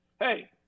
Hey